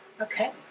Okay